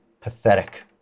pathetic